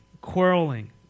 quarreling